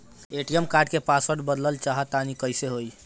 ATM card क password बदलल चाहा तानि कइसे होई?